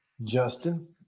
Justin